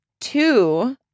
two